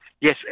Yes